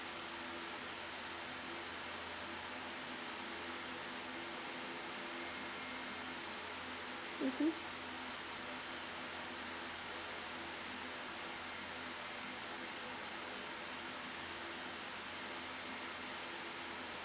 mmhmm